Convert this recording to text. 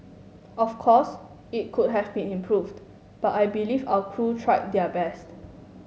of course it could have been improved but I believe our crew tried their best